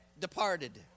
departed